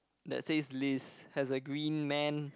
that says list has a green man